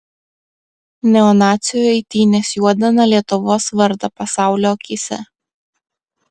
neonacių eitynės juodina lietuvos vardą pasaulio akyse